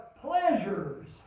pleasures